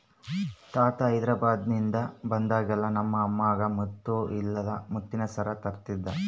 ತಾತ ಹೈದೆರಾಬಾದ್ನಿಂದ ಬಂದಾಗೆಲ್ಲ ನಮ್ಮ ಅಮ್ಮಗ ಮುತ್ತು ಇಲ್ಲ ಮುತ್ತಿನ ಸರ ತರುತ್ತಿದ್ದ